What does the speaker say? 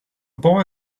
boy